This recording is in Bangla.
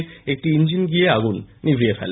দমকলের একটি ইঞ্জিন গিয়ে আগুন নিভিয়ে ফেলে